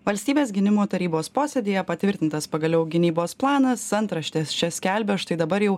valstybės gynimo tarybos posėdyje patvirtintas pagaliau gynybos planas antraštės čia skelbia štai dabar jau